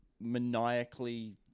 maniacally